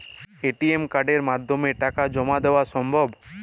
ATM কার্ডের মাধ্যমে টাকা জমা দেওয়া সম্ভব?